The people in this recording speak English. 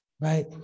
right